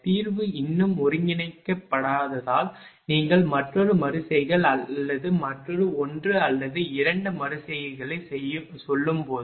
தீர்வு இன்னும் ஒன்றிணைக்கப்படாததால் நீங்கள் மற்றொரு மறு செய்கை அல்லது மற்றொரு 1 அல்லது 2 மறு செய்கைகளைச் சொல்லும்போது